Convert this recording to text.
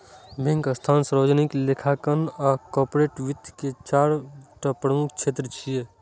bank, संस्थान, सार्वजनिक लेखांकन आ कॉरपोरेट वित्त के चारि टा प्रमुख क्षेत्र छियै